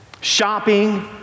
shopping